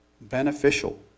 beneficial